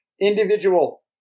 individual